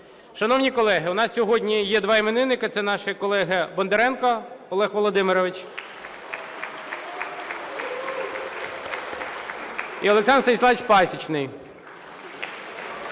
Шановні колеги, у нас сьогодні є два іменинники, це наші колеги Бондаренко Олег Володимирович і Олександр Станіславович Пасічний.